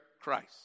Christ